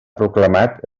proclamat